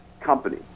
company